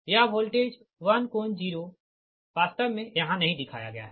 यह वोल्टेज 1∠0 वास्तव मे यहाँ नहीं दिखाया गया है